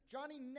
Johnny